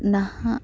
ᱱᱟᱦᱟᱜ